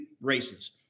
races